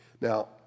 Now